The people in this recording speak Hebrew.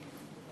זה.